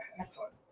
excellent